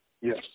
Yes